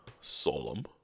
solemn